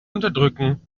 unterdrücken